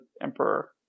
Emperor